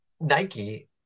Nike